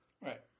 Right